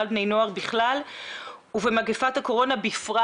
על בני נוער בכלל ובמגפת הקורונה בפרט,